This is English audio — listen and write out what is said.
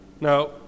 Now